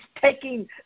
taking